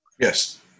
Yes